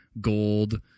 gold